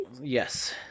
Yes